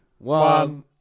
One